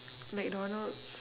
mcdonald's